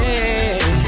Hey